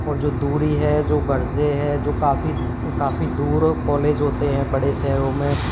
और जो दूरी है जो घर से है जो काफ़ी काफ़ी दूर कॉलेज होते हैं बड़े शहरों में